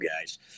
guys